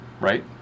right